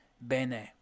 Bene